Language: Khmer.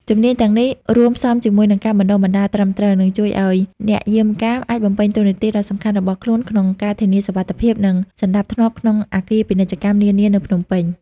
ជំនាញទាំងនេះ រួមផ្សំជាមួយនឹងការបណ្ដុះបណ្ដាលត្រឹមត្រូវ នឹងជួយឲ្យអ្នកយាមកាមអាចបំពេញតួនាទីដ៏សំខាន់របស់ខ្លួនក្នុងការធានាសុវត្ថិភាព និងសណ្ដាប់ធ្នាប់ក្នុងអគារពាណិជ្ជកម្មនានានៅភ្នំពេញ។